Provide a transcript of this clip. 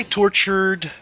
tortured